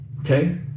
okay